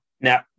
Now